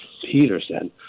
Peterson